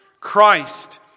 Christ